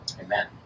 Amen